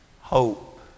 Hope